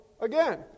again